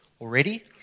already